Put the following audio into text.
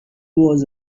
was